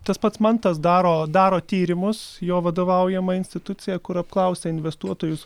tas pats mantas daro daro tyrimus jo vadovaujama institucija kur apklausia investuotojus